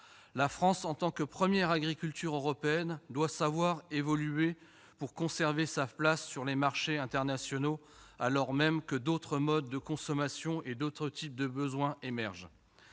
La France, en tant que première agriculture européenne, doit savoir évoluer pour conserver sa place sur les marchés internationaux, alors que d'autres modes de consommation et d'autres types de besoins émergent.